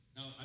Now